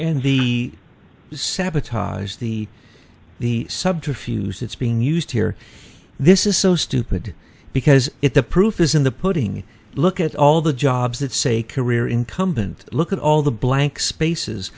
and he sabotaged the the subterfuges it's being used here this is so stupid because if the proof is in the pudding look at all the jobs that say career incumbent look at all the blank spaces